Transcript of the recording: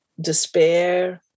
despair